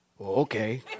okay